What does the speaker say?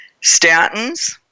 Statins